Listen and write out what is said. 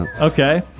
Okay